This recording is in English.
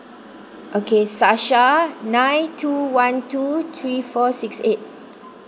okay sasha nine two one two three four six eight